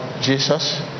jesus